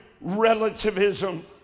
relativism